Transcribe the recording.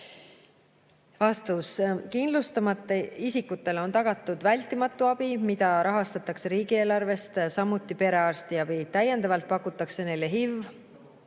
Vastus. Kindlustamata isikutele on tagatud vältimatu abi, mida rahastatakse riigieelarvest, samuti perearstiabi. Täiendavalt pakutakse neile HIV‑,